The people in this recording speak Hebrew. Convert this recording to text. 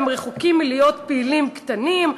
הם רחוקים מלהיות פעילים קטנים.